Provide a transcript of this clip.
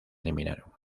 eliminaron